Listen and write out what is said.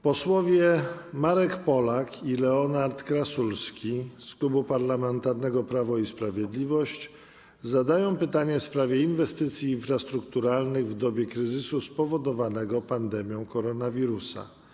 Posłowie Marek Polak i Leonard Krasulski z Klubu Parlamentarnego Prawo i Sprawiedliwość zadają pytanie w sprawie inwestycji infrastrukturalnych w dobie kryzysu spowodowanego pandemią koronawirusa.